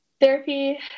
therapy